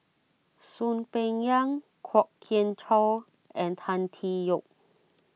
Soon Peng Yam Kwok Kian Chow and Tan Tee Yoke